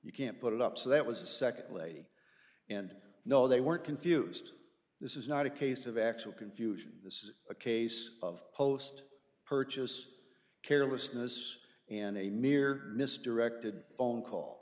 you can't put it up so that was a second lady and no they weren't confused this is not a case of actual confusion this is a case of post purchase carelessness and a mere misdirected phone call